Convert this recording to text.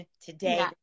today